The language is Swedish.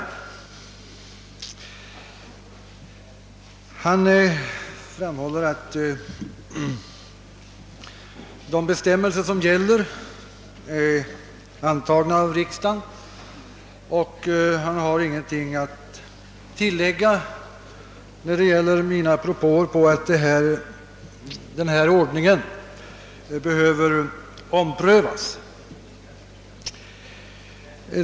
Ecklesiastikministern framhåller att de bestämmelser som gäller är antagna av riksdagen, och han har ingenting att tillägga, när det gäller mina propåer om att bestämmelserna behöver omprövas.